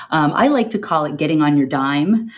um i like to call it getting on your dime.